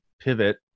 pivot